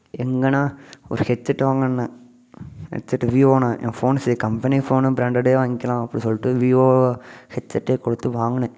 எங்கண்ணா ஒரு ஹெட்செட்டு வாங்கினேன் ஹெட்செட்டு வீவோண்ணே என் ஃபோனு சரி கம்பெனி ஃபோனு பிராண்டடே வாங்கிக்கலாம் அப்படி சொல்லிட்டு வீவோ ஹெட்செட்டே கொடுத்து வாங்கினேன்